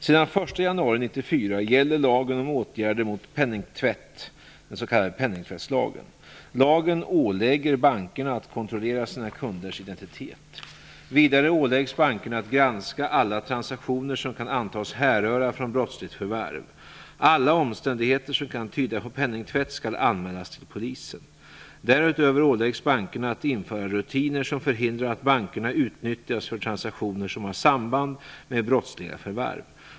Sedan den 1 januari 1994 gäller lagen om åtgärder mot penningtvätt, den s.k. penningtvättslagen. Lagen ålägger bankerna att kontrollera sina kunders identitet. Vidare åläggs bankerna att granska alla transaktioner som kan antas härröra från brottsligt förvärv. Alla omständigheter som kan tyda på penningtvätt skall anmälas till polisen. Därutöver åläggs bankerna att införa rutiner som förhindrar att bankerna utnyttjas för transaktioner som har samband med brottsliga förvärv.